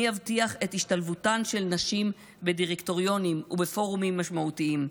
מי יבטיח את השתלבותן של נשים בדירקטוריונים ובפורומים משמעותיים?